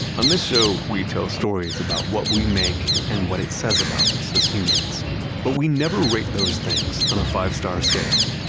on this show, we tell stories about what we make and what it says about us as humans but we never rate those things on a five-star scale.